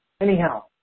Anyhow